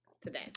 today